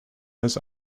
his